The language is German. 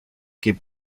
geb